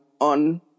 on